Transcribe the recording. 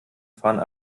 fahren